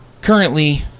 currently